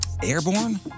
Airborne